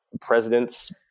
presidents